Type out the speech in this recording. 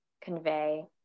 convey